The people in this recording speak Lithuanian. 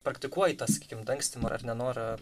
praktikuoji ta sakykim dangstymą ar nenorą